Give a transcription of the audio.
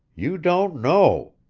you don't know!